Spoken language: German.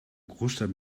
großstadt